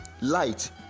light